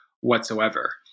whatsoever